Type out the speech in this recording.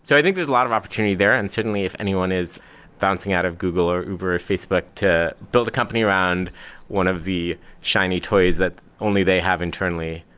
so i think there's a lot of opportunity there and certainly, if anyone is bouncing out of google, or uber, or facebook to build a company around one of the shiny toys that only they have internally,